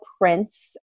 prints